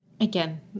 again